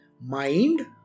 Mind